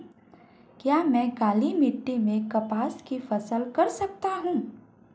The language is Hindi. क्या मैं काली मिट्टी में कपास की फसल कर सकता हूँ?